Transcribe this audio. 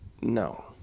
No